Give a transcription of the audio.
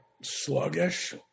sluggish